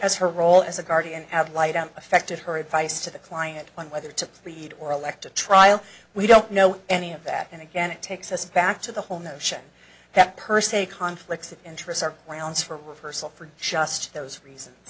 as her role as a guardian ad litum affected her advice to the client on whether to read or elect a trial we don't know any of that and again it takes us back to the whole notion that per se conflicts of interest are grounds for rehearsal for just those reasons